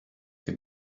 che